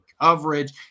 coverage